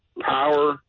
power